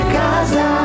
casa